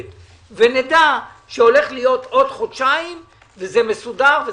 ונדע שהולך להיות עוד חודשיים וזה מסודר.